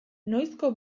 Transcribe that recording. noizko